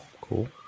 Cool